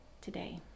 today